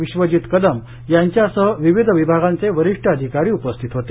विश्वजित कदम यांच्यसह विविध विभागांचे वरिष्ठ अधिकारी उपस्थित होते